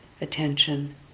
attention